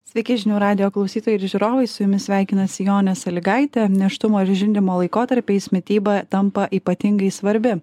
sveiki žinių radijo klausytojai ir žiūrovai su jumis sveikinasi jonė salygaitė nėštumo ir žindymo laikotarpiais mityba tampa ypatingai svarbi